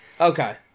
okay